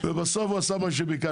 בסוף הוא עשה מה שביקשתי.